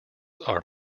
are